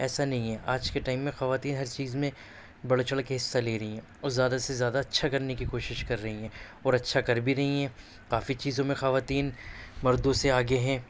ایسا نہیں ہے آج کے ٹائم میں خواتین ہر چیز میں بڑھ چڑھ کے حصّہ لے رہی ہیں اور زیادہ سے زیادہ اچھا کرنے کی کوشش کر رہی ہیں اور اچھا کر بھی رہی ہیں کافی چیزوں میں خواتین مردوں سے آگے ہیں